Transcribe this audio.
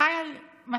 שחי על מתנות,